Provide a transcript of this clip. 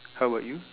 how about you